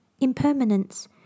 impermanence